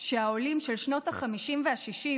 שהעולים של שנות החמישים והשישים,